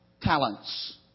talents